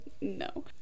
No